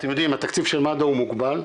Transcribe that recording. אתם יודעים, התקציב של מד"א הוא מוגבל.